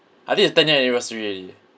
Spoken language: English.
I think its ten year anniversary already